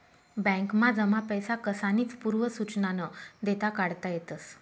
बॅकमा जमा पैसा कसानीच पूर्व सुचना न देता काढता येतस